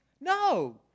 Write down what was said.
no